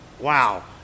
Wow